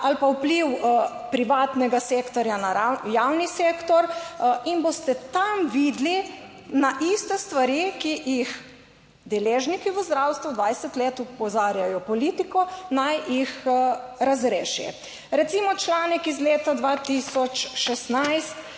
ali pa vpliv privatnega sektorja na javni sektor in boste tam videli na iste stvari, ki jih deležniki v zdravstvu 20 let opozarjajo, politiko, naj jih razreši. Recimo članek iz leta 2016,